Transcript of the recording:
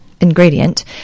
ingredient